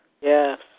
Yes